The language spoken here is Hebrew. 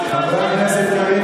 חבר הכנסת קריב,